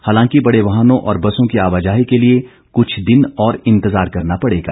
हालांकि बड़े वाहनों और बसों की आवाजाही के लिए कुछ दिन और इंतजार करना पड़ेगा